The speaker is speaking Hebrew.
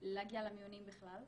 להגיע למיונים בכלל.